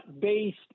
based